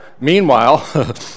Meanwhile